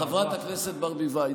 חברת הכנסת ברביבאי,